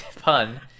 pun